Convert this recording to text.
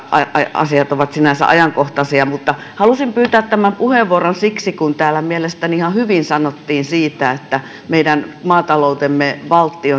asiat ovat sinänsä ajankohtaisia mutta halusin pyytää tämän puheenvuoron siksi että täällä mielestäni ihan hyvin sanottiin siitä että meidän maataloutemme valtti